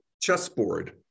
chessboard